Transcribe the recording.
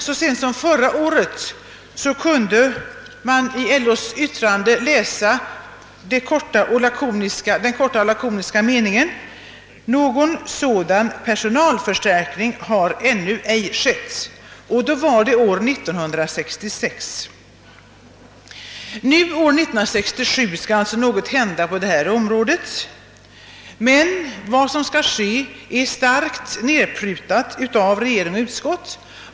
Så sent som förra året kunde man emellertid i LO:s yttrande läsa den lakoniskt korta meningen: »Någon sådan personalförstärkning har ännu ej skett.» Det var år 1966. Nu, år 1967, skall alltså något hända på detta område. Vad som skall göras är dock starkt nedprutat av regering och utskott.